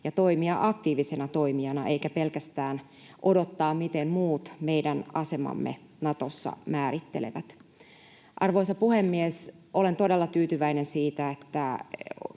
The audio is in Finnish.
ja toimia aktiivisena toimijana eikä pelkästään odottaa, miten muut meidän asemamme Natossa määrittelevät. Arvoisa puhemies! Olen todella tyytyväinen siitä, että